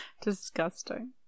Disgusting